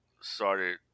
started